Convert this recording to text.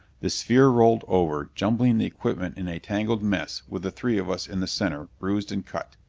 the sphere rolled over, jumbling the equipment in a tangled mess with the three of us in the center, bruised and cut.